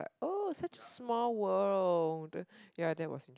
oh such a small world ya that was